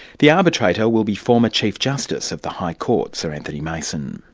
the arbitrator will be former chief justice of the high court, sir anthony mason.